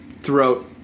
throughout